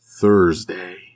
Thursday